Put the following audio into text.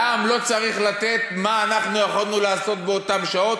לעם לא צריך לתת מה אנחנו יכולנו לעשות באותן שעות?